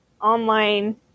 online